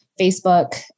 Facebook